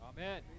Amen